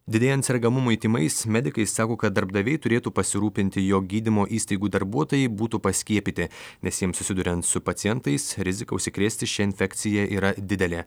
didėjant sergamumui tymais medikai sako kad darbdaviai turėtų pasirūpinti jog gydymo įstaigų darbuotojai būtų paskiepyti nes jiems susiduriant su pacientais rizika užsikrėsti šia infekcija yra didelė